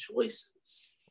choices